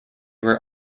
were